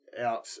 out